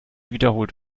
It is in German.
wiederholt